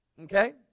okay